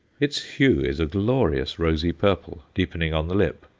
its hue is a glorious rosy-purple, deepening on the lip,